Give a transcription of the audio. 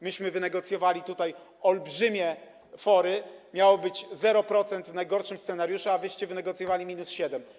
Myśmy wynegocjowali tutaj olbrzymie fory, miało być 0% według najgorszego scenariusza, a wy wynegocjowaliście minus 7.